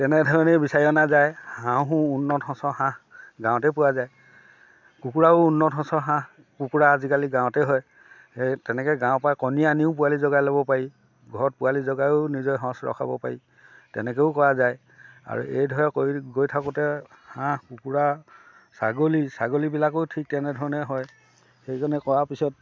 তেনেধৰণেই বিচাৰি অনা যায় হাঁহো উন্নত সঁচৰ হাঁহ গাঁৱতেই পোৱা যায় কুকুৰাও উন্নত সঁচৰ হাঁহ কুকুৰা আজিকালি গাঁৱতে হয় সেই তেনেকৈ গাঁৱৰ পৰা কণী আনিও পোৱালী জগাই ল'ব পাৰি ঘৰত পোৱালী জগায়ো নিজৰ সঁচ ৰখাব পাৰি তেনেকৈও কৰা যায় আৰু এইদৰে কৰি গৈ থাকোঁতে হাঁহ কুকুৰা ছাগলী ছাগলীবিলাকো ঠিক তেনেধৰণে হয় সেইখিনি কৰাৰ পিছত